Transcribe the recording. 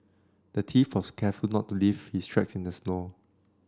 the thief was careful to not leave his tracks in the snow